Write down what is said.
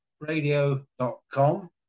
radio.com